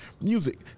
music